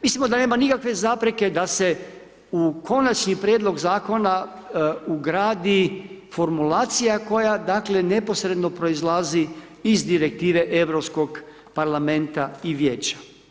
Mislimo da nema nikakve zapreke da se u Konačni prijedlog Zakona ugradi formulacija koja dakle neposredno proizlazi iz Direktive Europskog parlamenta i Vijeća.